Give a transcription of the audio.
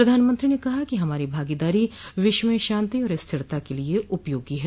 प्रधानमंत्री ने कहा कि हमारी भागीदारी विश्व में शांति और स्थिरता के लिए उपयोगी है